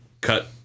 cut